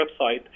website